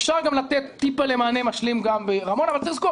אפשר לתת מעט מענה משלים גם ברמון אבל צריך לזכור